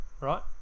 Right